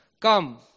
come